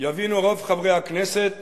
יבינו רוב חברי הכנסת